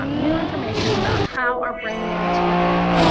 um new information about how our brain learns to read.